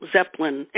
Zeppelin